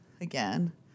again